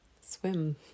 swim